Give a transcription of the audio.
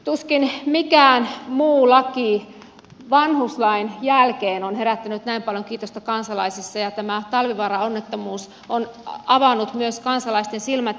tuskin mikään muu laki vanhuslain jälkeen on herättänyt näin paljon kiitosta kansalaisissa ja tämä talvivaara onnettomuus on avannut myös kansalaisten silmät